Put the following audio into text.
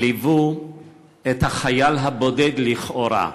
ליוו את החייל הבודד לכאורה,